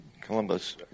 Columbus